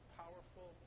powerful